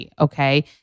okay